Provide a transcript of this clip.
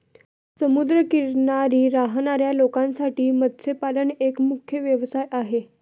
समुद्र किनारी राहणाऱ्या लोकांसाठी मत्स्यपालन एक मुख्य व्यवसाय आहे